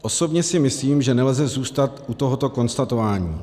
Osobně si myslím, že nelze zůstat u tohoto konstatování.